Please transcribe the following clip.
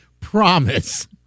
Promise